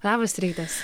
labas rytas